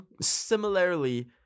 similarly